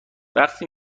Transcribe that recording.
وقتی